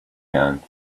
can